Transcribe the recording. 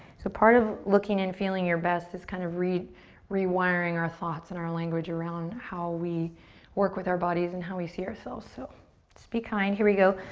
so part of looking and feeling your best is kind of rewiring our thoughts and our language around how we work with our bodies and how we see ourself so just be kind. here we go.